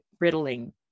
riddling